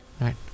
right